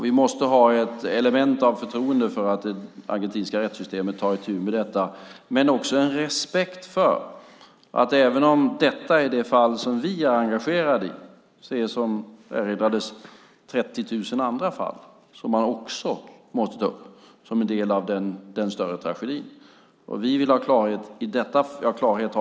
Vi måste ha ett element av förtroende för att det argentinska rättssystemet tar itu med detta men också en respekt för att även om detta är det fall som vi är engagerade i är det, som erinrades, 30 000 andra fall som man också måste ta upp som en del av en större tragedi.